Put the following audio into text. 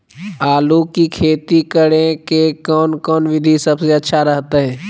आलू की खेती करें के कौन कौन विधि सबसे अच्छा रहतय?